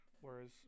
whereas